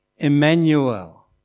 Emmanuel